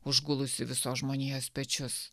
užgulusį visos žmonijos pečius